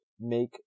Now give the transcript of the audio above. make